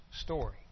story